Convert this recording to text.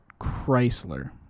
Chrysler